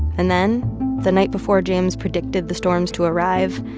and then the night before james predicted the storms to arrive,